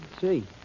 see